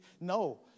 No